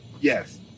Yes